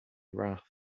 wrath